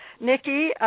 Nikki –